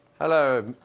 Hello